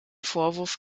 vorwurf